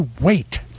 wait